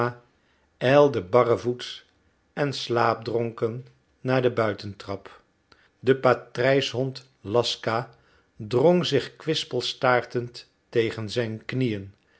ijlde barrevoets en slaapdronken naar de buitentrap de patrijshond laska drong zich kwispelstaartend tegen zijn knieën